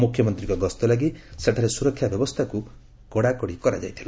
ମୁଖ୍ୟମନ୍ତୀଙ୍କ ଗସ୍ତ ଲାଗି ସେଠାରେ ସୁରକ୍ଷା ବ୍ୟବସ୍ଥାକୁ କଡାକଡି କରାଯାଇଥିଲା